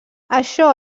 això